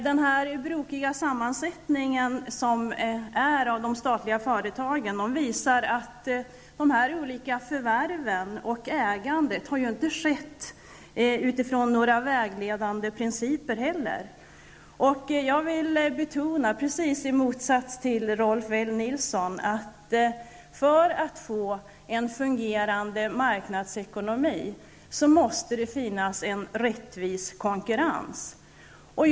De statliga företagens brokiga sammansättning visar ju att de olika förvärven och ägandet inte heller har skett utifrån några vägledande principer. I motsats till Rolf L Nilson vill jag betona att det måste finnas en rättvis konkurrens för att vi skall få en fungerande marknadsekonomi.